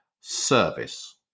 service